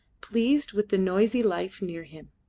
pleased with the noisy life near him.